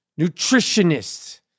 nutritionists